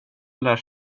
lär